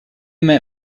met